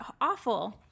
awful